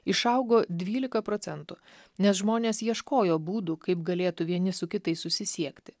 išaugo dvylika procentų nes žmonės ieškojo būdų kaip galėtų vieni su kitais susisiekti